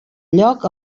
lloc